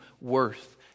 worth